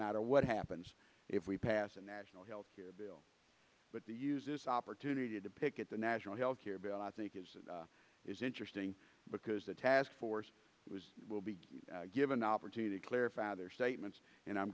matter what happens if we pass a national health care bill but the use this opportunity to pick at the national health care bill i think is is interesting because the task force was will be given an opportunity to clarify their statements and i'm